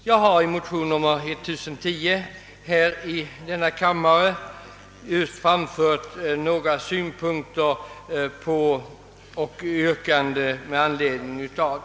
Jag har i motion II: 1010 framfört vissa yrkanden i hithörande anslagsfrågor.